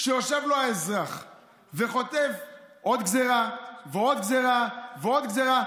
כשיושב לו האזרח וחוטף עוד גזרה עוד גזרה ועוד גזרה,